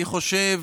אני חושב,